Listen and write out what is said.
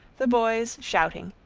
the boys shouting,